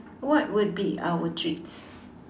what would be our treats